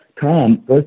Tom